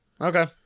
Okay